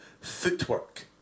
footwork